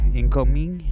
incoming